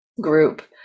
group